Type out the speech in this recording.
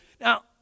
Now